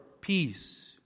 peace